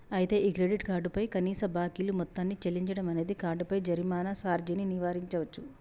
అయితే ఈ credit card పై కనీస బాకీలు మొత్తాన్ని చెల్లించడం అనేది కార్డుపై జరిమానా సార్జీని నివారించవచ్చు